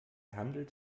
handelt